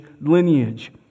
lineage